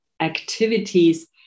activities